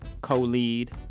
co-lead